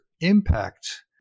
impact